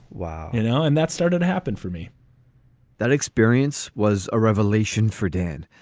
wow. you know, and that's started to happen for me that experience was a revelation for dan.